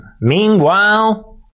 Meanwhile